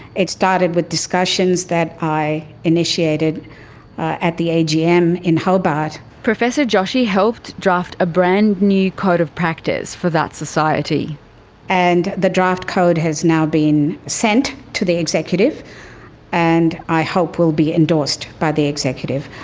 it started with discussions that i initiated at the agm in hobart. professor joshi helped draft a brand new code of practice for that societynalini and the draft code has now been sent to the executive and i hope will be endorsed by the executive.